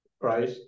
right